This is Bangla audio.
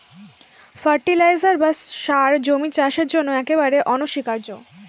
ফার্টিলাইজার বা সার জমির চাষের জন্য একেবারে অনস্বীকার্য